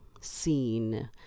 seen